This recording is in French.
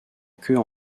queue